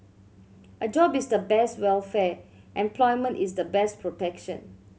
a job is the best welfare employment is the best protection